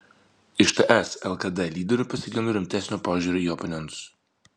iš ts lkd lyderių pasigendu rimtesnio požiūrio į oponentus